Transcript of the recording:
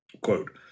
Quote